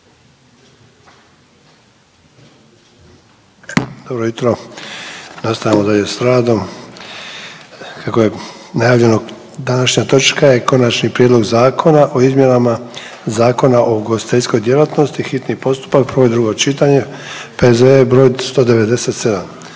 Dobro jutro. Nastavljamo dalje s radom, kako je najavljeno današnja točka je: - Konačni prijedlog Zakona o izmjenama Zakona o ugostiteljskoj djelatnosti, hitni postupak, prvo i drugo čitanje, P.Z.E. broj 197